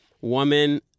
woman